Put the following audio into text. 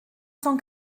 cent